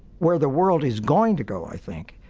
where the world is going to go, i think,